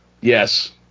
Yes